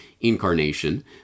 incarnation